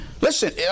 Listen